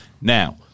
Now